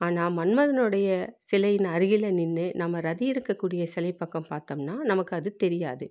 ஆனால் மன்மதனுடைய சிலையின் அருகில் நின்று நம்ம ரதி இருக்கக்கூடிய சிலை பக்கம் பார்த்தம்னா நமக்கு அது தெரியாது